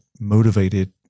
motivated